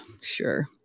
sure